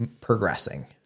progressing